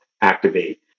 activate